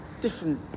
Different